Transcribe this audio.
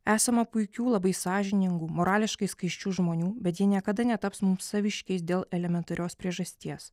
esama puikių labai sąžiningų morališkai skaisčių žmonių bet ji niekada netaps mums saviškiais dėl elementarios priežasties